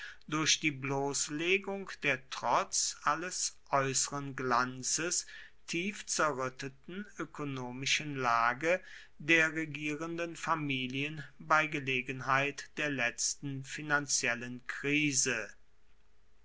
durch die bloßlegung der trotz alles äußeren glanzes tief zerrütteten ökonomischen lage der regierenden familien bei gelegenheit der letzten finanziellen krise